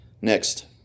Next